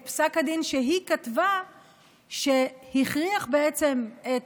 את פסק הדין שהיא כתבה שהכריח בעצם את